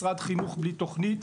משרד חינוך בלי תוכנית,